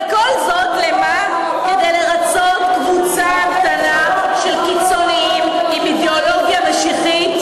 וכל זאת כדי לרצות קבוצה קטנה של קיצוניים עם אידיאולוגיה משיחית.